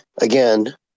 again